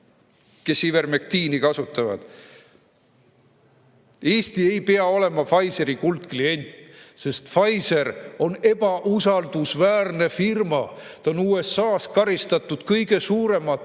kes ivermektiini kasutavad. Eesti ei pea olema Pfizeri kuldklient, sest Pfizer on ebausaldusväärne firma. Teda on USA‑s karistatud ajaloo kõige suuremate